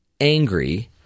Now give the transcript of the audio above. angry